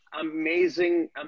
Amazing